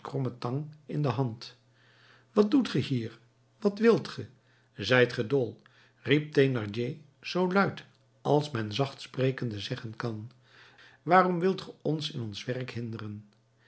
in de hand wat doet ge hier wat wilt ge zijt ge dol riep thénardier zoo luid als men zacht sprekende zeggen kan waarom wilt ge ons in ons werk hinderen